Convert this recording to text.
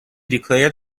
declared